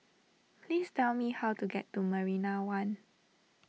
please tell me how to get to Marina one